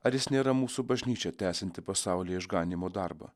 ar jis nėra mūsų bažnyčia tęsianti pasaulio išganymo darbą